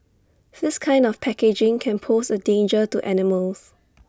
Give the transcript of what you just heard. this kind of packaging can pose A danger to animals